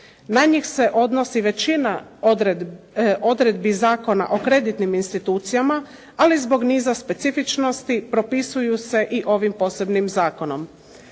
Na njih se odnosi većina odredbi Zakona o kreditnim institucijama, ali zbog niza specifičnosti propisuje se i ovim posebnim zakonom.